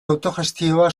autogestioa